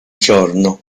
giorno